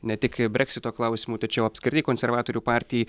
ne tik breksito klausimu tačiau apskritai konservatorių partijai